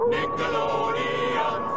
Nickelodeon